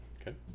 Okay